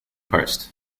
post